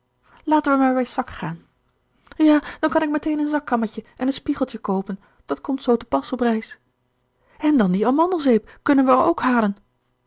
laten we maar bij sack gaan ja dan kan ik meteen een zakkammetje en een spiegeltje koopen dat komt zoo te pas op reis en dan die amandelzeep kunnen we er ook halen